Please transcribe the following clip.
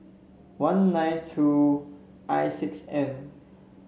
one nine two I six N